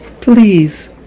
Please